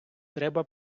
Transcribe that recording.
треба